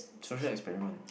social experiment